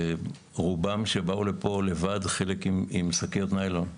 רובם באו לפה לבד, וחלקם עם שקיות ניילון ביד.